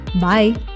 Bye